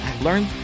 learn